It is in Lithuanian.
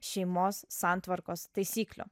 šeimos santvarkos taisyklių